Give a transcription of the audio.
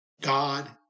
God